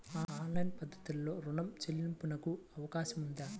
Online పద్ధతిలో రుణ చెల్లింపునకు అవకాశం ఉందా?